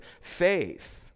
faith